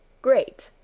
great,